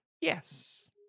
Yes